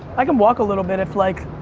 i can walk a little bit if like.